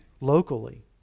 locally